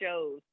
shows